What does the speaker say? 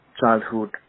childhood